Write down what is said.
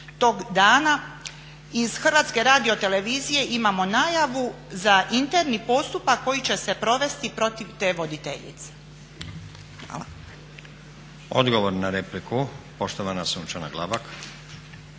tog dana iz HRT-a imamo najavu za interni postupak koji će se provesti protiv te voditeljice. Hvala. **Stazić, Nenad (SDP)** Odgovor na repliku, poštovana Sunčana Glavak.